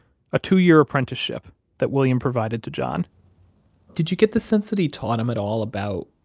a two-year apprenticeship that william provided to john did you get the sense that he taught him at all about